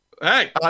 Hey